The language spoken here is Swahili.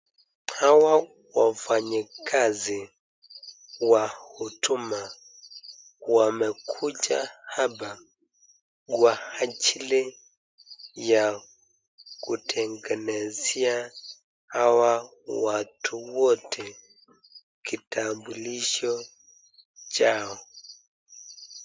Hawa wafanyi kazi wa huduma wamekuja hapa kwa ajili ya kutengenezea hawa watu wote kitambulisho chao.